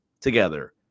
together